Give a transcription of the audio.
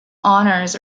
honours